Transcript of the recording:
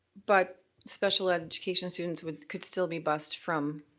but special education students could still be bused from